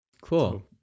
cool